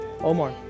Omar